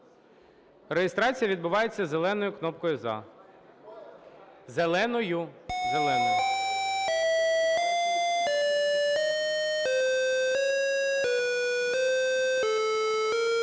Реєстрація відбувається зеленою кнопкою "за". Зеленою, зеленою. 10:14:52